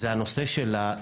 היא חדשה בתפקידה.